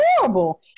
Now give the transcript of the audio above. horrible